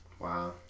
Wow